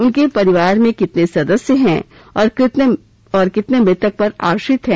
उनके परिवार में कितने सदस्य हैं और कितने मृतक पर आश्रित हैं